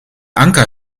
anker